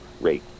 rate